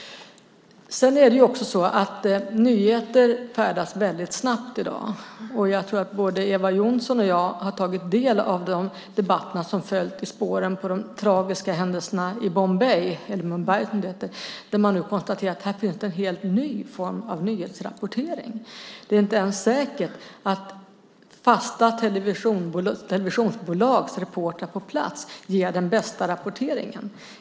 Nyheter färdas väldigt snabbt i dag. Jag tror att både Eva Johnsson och jag har tagit del av de debatter som följt i spåren av de tragiska händelserna i Bombay. Man kan konstatera att det finns en helt ny form av nyhetsrapportering. Det är inte ens säkert att fasta televisionsbolags reportrar på plats ger den bästa rapporteringen.